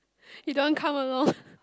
you don't want come along